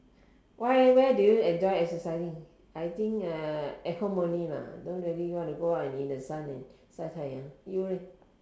why where do you enjoy exercising I think uh at home only lah don't really want to go out in the sun and 晒太阳 you leh